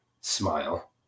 smile